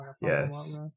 yes